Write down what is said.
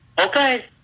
Okay